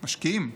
משקיעים.